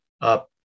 up